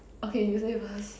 okay you say first